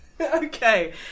Okay